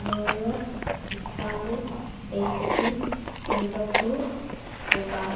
New York Istanbul Delhi Singapore Dubai